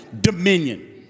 dominion